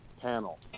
panel